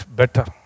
better